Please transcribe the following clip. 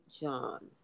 John